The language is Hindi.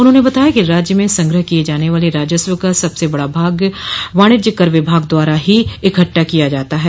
उन्होंने बताया कि राज्य में संग्रह किये जाने वाले राजस्व का सबसे बड़ा भाग वाणिज्य कर विभाग द्वारा ही इकट्ठा किया जाता है